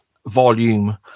volume